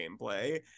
gameplay